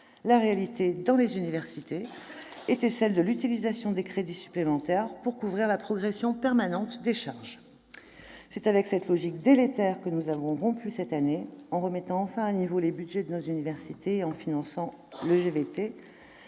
la réalité, dans les universités, était celle de l'utilisation des crédits supplémentaires pour couvrir la progression permanente des charges. Tout à fait ! C'est avec cette logique délétère que nous avons rompu cette année, en remettant enfin à niveau les budgets de nos universités et en finançant le GVT.